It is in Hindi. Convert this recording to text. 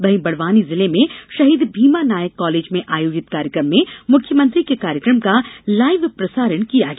वहीं बड़वानी जिले में शहीद भीमा नायक कॉलेज में आयोजित कार्यक्रम में मुख्यमंत्री के कार्यक्रम का लाईव प्रसारण किया गया